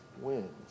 wins